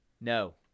No